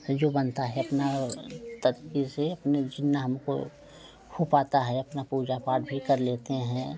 फिर जो बनता है अपना और तपकी से अपने चिनाह हमको हो पाता है अपना पूजा पाठ भी कर लेते हैं